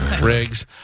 Riggs